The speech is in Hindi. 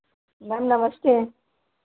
मैम नमस्ते